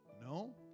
no